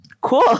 Cool